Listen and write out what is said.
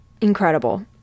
incredible